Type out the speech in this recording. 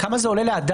כמה זה עולה לאדם?